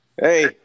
Hey